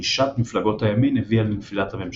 פרישת מפלגות הימין הביאה לנפילת הממשלה.